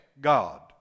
God